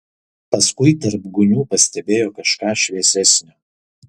paskui tarp gūnių pastebėjo kažką šviesesnio